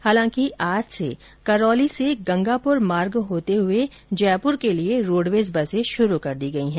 हालांकि आज से करौली से गंगापुर मार्ग होते हुए जयपुर के लिए रोडवेज बसें शुरू कर दी गई हैं